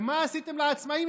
ומה עשיתם לעצמאים?